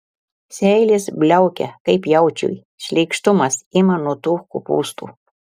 seilės bliaukia kaip jaučiui šleikštumas ima nuo tų kopūstų